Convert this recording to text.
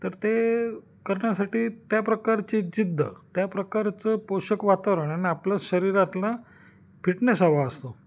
तर ते करण्यासाठी त्या प्रकारची जिद्द त्या प्रकारचं पोषक वातावरण आणि आपलं शरीरातला फिटनेस हवा असतो